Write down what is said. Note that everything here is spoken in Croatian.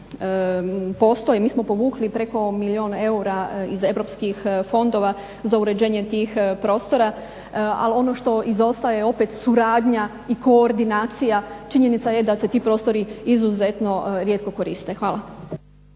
postoji, mi smo povukli preko milijun eura iz europskih fondova za uređenje tih prostora al ono što izostaje opet suradnja i koordinacija činjenica je da se ti prostori izuzetno rijetko koriste. Hvala.